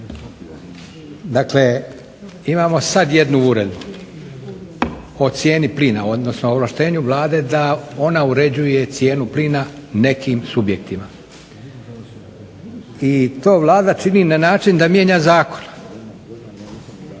Dakle, imamo sada jednu uredbu o cijeni plina odnosno o ovlaštenju Vlade da ona uređuje cijenu plina nekim subjektima. I to Vlada čini na način da mijenja zakon,